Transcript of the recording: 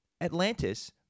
Atlantis